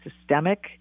systemic